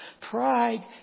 Pride